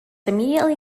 immediately